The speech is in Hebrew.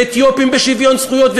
ואתיופים בשוויון זכויות,